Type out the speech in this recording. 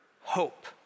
hope